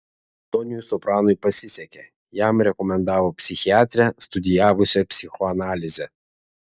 toniui sopranui pasisekė jam rekomendavo psichiatrę studijavusią psichoanalizę